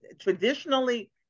traditionally